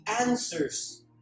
answers